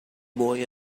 boy